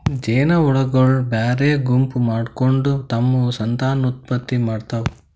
ಜೇನಹುಳಗೊಳ್ ಬ್ಯಾರೆ ಗುಂಪ್ ಮಾಡ್ಕೊಂಡ್ ತಮ್ಮ್ ಸಂತಾನೋತ್ಪತ್ತಿ ಮಾಡ್ತಾವ್